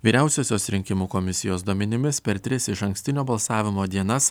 vyriausiosios rinkimų komisijos duomenimis per tris išankstinio balsavimo dienas